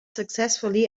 successfully